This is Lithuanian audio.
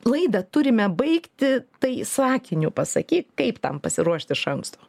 laidą turime baigti tai sakiniu pasakyk kaip tam pasiruošt iš anksto